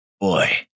Boy